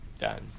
Done